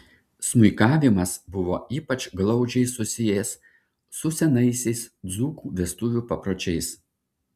smuikavimas buvo ypač glaudžiai susijęs su senaisiais dzūkų vestuvių papročiais